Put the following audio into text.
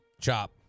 Chop